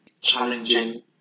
challenging